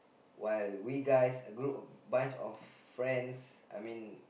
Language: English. while we guys a group a bunch of friends I mean